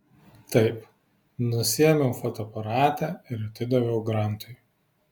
taip nusiėmiau fotoaparatą ir atidaviau grantui